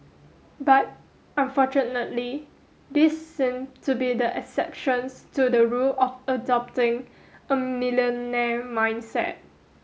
but unfortunately these seem to be the exceptions to the rule of adopting a millionaire mindset